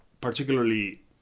particularly